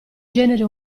genere